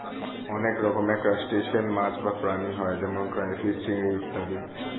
অনেক রকমের ক্রাস্টেশিয়ান মাছ বা প্রাণী হয় যেমন ক্রাইফিস, চিংড়ি ইত্যাদি